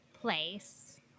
place